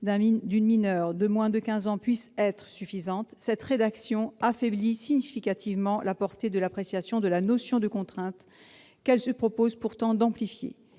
d'une mineure de moins de quinze ans puisse être suffisante, cette rédaction affaiblit significativement la portée de l'appréciation de la notion de contrainte, que ses promoteurs se proposent pourtant d'amplifier.